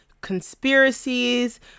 conspiracies